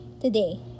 today